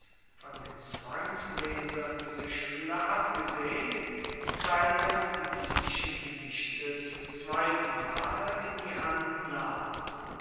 von den zwangslesern in der schule abgesehen keiner die livischen gedichte zum zweiten male in die hand nahm